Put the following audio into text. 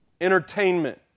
entertainment